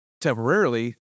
temporarily